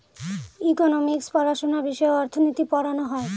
economics পড়াশোনা বিষয়ে অর্থনীতি পড়ানো হয়